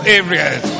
areas